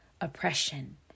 oppression